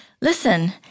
listen